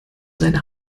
seine